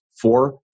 four